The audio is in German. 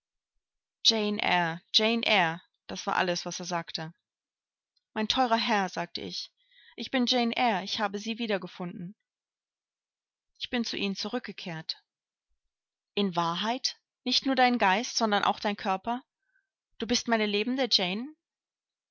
jane eyre das war alles was er sagte mein teurer herr sagte ich ich bin jane eyre ich habe sie wieder gefunden ich bin zu ihnen zurückgekehrt in wahrheit nicht nur dein geist sondern auch dein körper du bist meine lebende jane